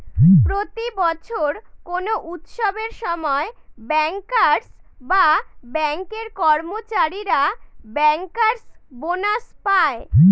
প্রতি বছর কোনো উৎসবের সময় ব্যাঙ্কার্স বা ব্যাঙ্কের কর্মচারীরা ব্যাঙ্কার্স বোনাস পায়